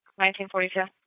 1942